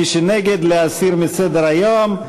מי שנגד, להסיר מסדר-היום.